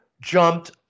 jumped